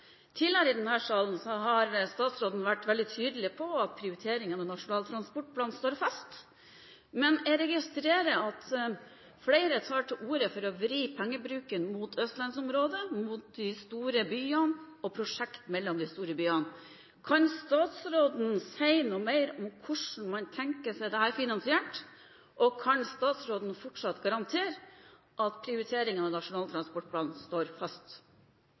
her i salen vært veldig tydelig på at prioriteringene i Nasjonal transportplan står fast. Men jeg registrerer at flere tar til orde for å vri pengebruken mot Østlandsområdet, mot de store byene og prosjekter mellom de store byene. Kan statsråden si noe mer om hvordan man tenker seg dette finansiert? Kan statsråden fortsatt garantere at prioriteringene i Nasjonal transportplan står fast?